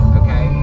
okay